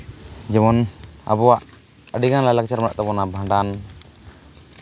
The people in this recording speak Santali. ᱡᱮᱢᱚᱱ ᱟᱵᱚᱣᱟᱜ ᱟᱹᱰᱤᱜᱟᱱ ᱞᱟᱭᱼᱞᱟᱠᱪᱟᱨ ᱢᱮᱱᱟᱜ ᱛᱟᱵᱳᱱᱟ ᱵᱷᱟᱸᱰᱟᱱ